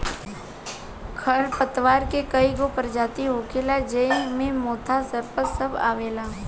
खर पतवार के कई गो परजाती होखेला ज़ेइ मे मोथा, सरपत सब आवेला